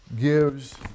gives